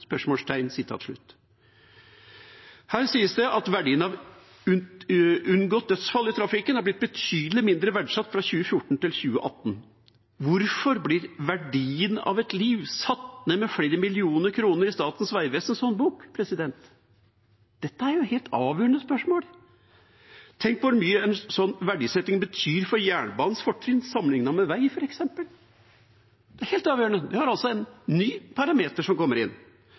Her sies det at verdien av unngåtte dødsfall i trafikken har blitt betydelig mindre verdsatt fra 2014 til 2018. Hvorfor blir verdien av et liv satt ned med flere millioner kroner i Statens vegvesens håndbok? Dette er et helt avgjørende spørsmål. Tenk hvor mye en sånn verdisetting betyr for jernbanens fortrinn sammenlignet med vei, f.eks. Det er helt avgjørende. Vi har altså en ny parameter som kommer inn.